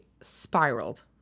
spiraled